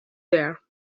there